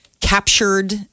captured